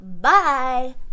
Bye